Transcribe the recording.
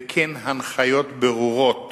וכן הנחיות ברורות